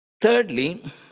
Thirdly